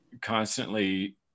constantly